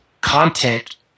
content